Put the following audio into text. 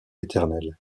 éternel